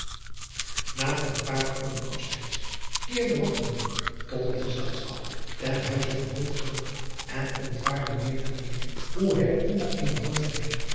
a een paar uren afzijns keerde tot het gezelschap ten huize van terug en ontwaarde meer en meer hoe eenen nooit voorheen